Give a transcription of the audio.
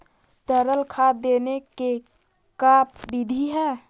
तरल खाद देने के का बिधि है?